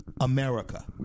america